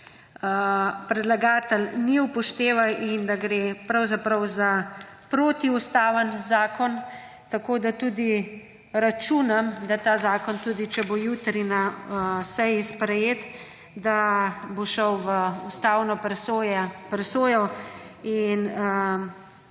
predlagatelj ni upošteval in da gre pravzaprav za protiustaven zakon. Tudi računam, da ta zakon, tudi če bo jutri na seji sprejet, bo šel v ustavno presojo in